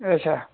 अच्छा